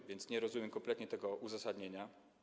A więc nie rozumiem kompletnie tego uzasadnienia.